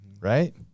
right